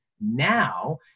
now